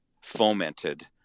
fomented